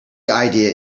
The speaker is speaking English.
idea